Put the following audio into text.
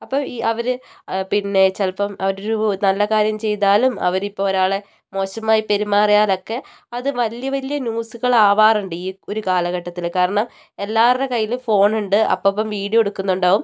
അപ്പോൾ ഈ അവർ പിന്നെ ചിലപ്പം അവരൊരു നല്ലകാര്യം ചെയ്താലും അവരിപ്പം ഒരാളെ മോശമായി പെരുമാറിയാലോക്കെ അത് വലിയ വലിയ ന്യൂസുകളാവാറുണ്ട് ഈ ഒരു കാലഘട്ടത്തിൽ കാരണം എല്ലാവരുടെയും കയ്യിലും ഫോൺ ഉണ്ട് അപ്പപ്പം വീഡിയോ എടുക്കുന്നുണ്ടാവും